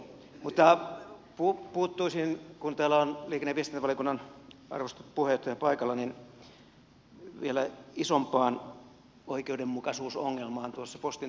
mutta puuttuisin kun täällä on liikenne ja viestintävaliokunnan arvostettu puheenjohtaja paikalla vielä isompaan oikeudenmukaisuusongelmaan tuossa postin toiminnassa